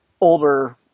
older